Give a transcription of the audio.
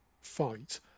fight